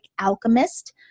Alchemist